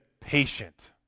patient